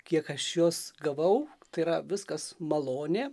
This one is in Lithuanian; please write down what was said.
kiek aš jos gavau tai yra viskas malonė